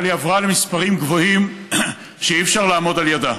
אבל היא עברה למספרים גבוהים שאי-אפשר לעמוד על ידם.